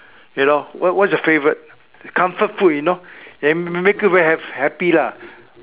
you know what what is your favourite comfort food you know that make make you very ha~ happy lah